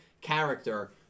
character